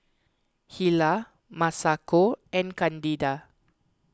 Hilah Masako and Candida